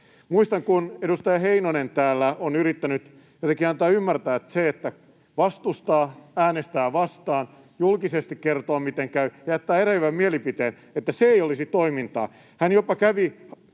Muistan, kun edustaja Heinonen täällä on yrittänyt jotenkin antaa ymmärtää, että se, että vastustaa, äänestää vastaan, julkisesti kertoo, miten käy, jättää eriävän mielipiteen, ei olisi toimintaa. Hän jopa kävi